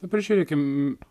dabar žiūrėkim